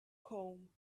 home